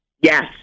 Yes